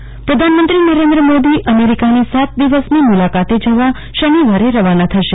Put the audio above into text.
અમેરક્રિ મુલાકાત પ્રધાનમંત્રી નરેન્દ્ર મોદી અમેરીકાની સાત દવિસની મુલાકાતે જવા શનવારે રવાના થશે